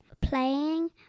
playing